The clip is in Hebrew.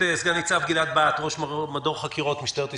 סגן-ניצב גלעד בהט, ראש מדור חקירות משטרת ישראל,